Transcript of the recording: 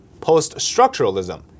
post-structuralism